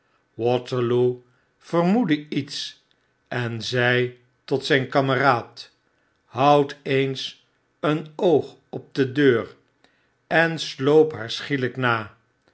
waterloo vermoedde iets en zei tot zyn kameraad houdeenseen oog op de deur en sloop haar schielyk na